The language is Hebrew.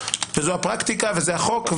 וזה הפרקטיקה וזה החוק,